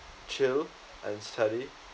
chill and study